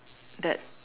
that